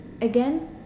again